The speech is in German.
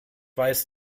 weiß